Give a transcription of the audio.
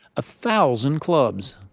a thousand clubs,